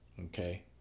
Okay